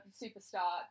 superstar